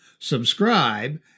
subscribe